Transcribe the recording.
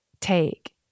take